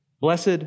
Blessed